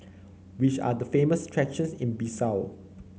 which are the famous attractions in Bissau